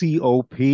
COP